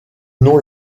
nom